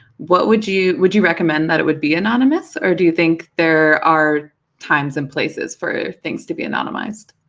what would you would you recommend that it would be anonymous, or do you think there are times and places for things to be anonymised?